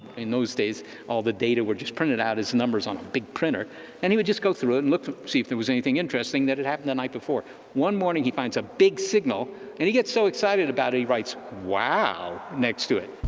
in those days all the data were just printed out as numbers on a big printer and he would just go through it and look to see if there was anything interesting that it happened that night before one morning he finds a big signal and he gets so excited about any rights wow next to it